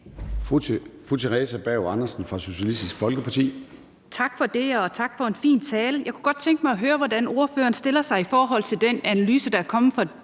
Theresa Berg Andersen (SF): Tak for det, og tak for en fin tale. Jeg kunne godt tænke mig at høre, hvordan ordføreren stiller sig til den analyse, der er kommet fra